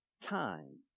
Time